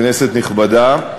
כנסת נכבדה,